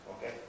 Okay